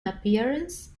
appearance